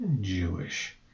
Jewish